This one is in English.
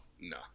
No